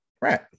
Right